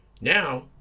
now